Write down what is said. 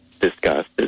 discussed